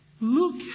Look